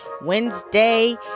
Wednesday